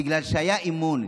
בגלל שהיה אמון.